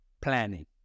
planning